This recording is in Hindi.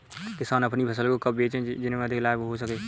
किसान अपनी फसल को कब बेचे जिसे उन्हें अधिक लाभ हो सके?